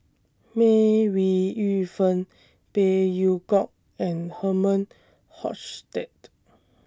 May Ooi Yu Fen Phey Yew Kok and Herman Hochstadt